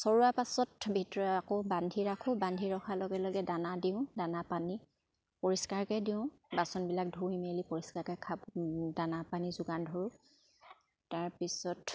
চৰুৱা পাছত ভিতৰত আকৌ বান্ধি ৰাখোঁ বান্ধি ৰখাৰ লগে লগে দানা দিওঁ দানা পানী পৰিষ্কাৰকে দিওঁ বাচনবিলাক ধুই মেলি পৰিষ্কাৰকে খাব দানা পানী যোগান ধৰোঁ তাৰপিছত